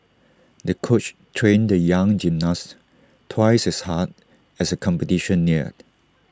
the coach trained the young gymnast twice as hard as the competition neared